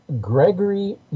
Gregory